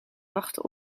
wachten